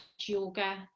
yoga